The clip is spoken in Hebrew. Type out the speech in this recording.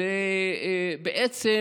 וזה בעצם